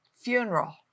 funeral